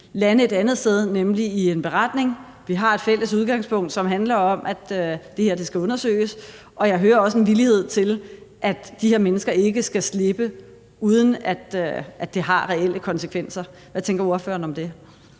lande et andet sted, nemlig i en beretning. Vi har et fælles udgangspunkt, som handler om, at det her skal undersøges. Og jeg hører også, at der er en villighed til, at de her mennesker ikke skal slippe, uden at det har reelle konsekvenser. Hvad tænker ordføreren om det?